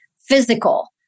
physical